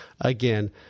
again